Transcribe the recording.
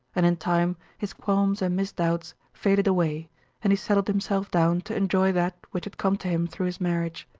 and in time his qualms and misdoubts faded away and he settled himself down to enjoy that which had come to him through his marriage.